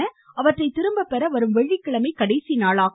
மனுக்களை திரும்பபெற வரும் வெள்ளிக்கிழமை கடைசிநாளாகும்